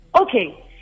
Okay